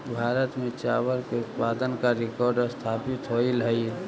भारत में चावल के उत्पादन का रिकॉर्ड स्थापित होइल हई